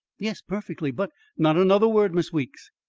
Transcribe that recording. yes, perfectly but not another word, miss weeks.